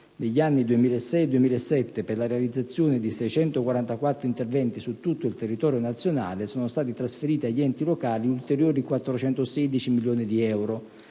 Negli anni 2006-2007, per la realizzazione di 644 interventi su tutto il territorio nazionale, sono stati trasferiti agli enti locali ulteriori 416 milioni di euro.